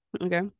Okay